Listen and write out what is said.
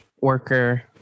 worker